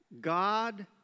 God